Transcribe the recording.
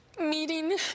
meeting